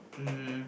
um